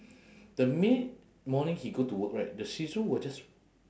the minute morning he go to work right the shih tzu will just